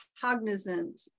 cognizant